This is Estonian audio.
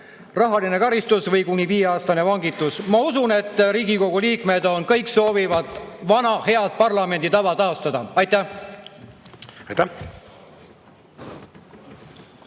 rahaline karistus või kuni viieaastane vangistus. Ma usun, et Riigikogu liikmed kõik soovivad vana head parlamenditava taastada. Aitäh!